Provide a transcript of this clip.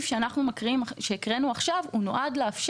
יש תהליך